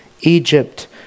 Egypt